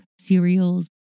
cereals